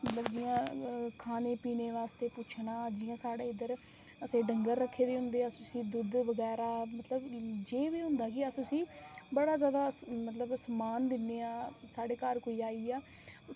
ते खाने पीने आस्तै उसी पुच्छना जि'यां साढ़े इद्धर असें डंगर रक्खे दे होंदे ते अस उसी दुद्ध बगैरा जे बी होंदा ते अस उसी बड़ा जैदा मतलब कि सम्मान दिन्ने आं साढ़े घर कोई आई गेआ